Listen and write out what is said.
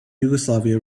yugoslavia